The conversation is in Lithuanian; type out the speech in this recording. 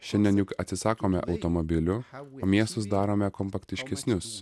šiandien juk atsisakome automobilių o miestus darome kompaktiškesnius